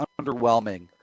underwhelming